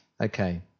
Okay